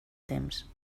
temps